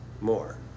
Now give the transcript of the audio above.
more